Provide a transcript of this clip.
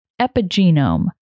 epigenome